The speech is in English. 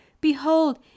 Behold